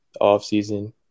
Offseason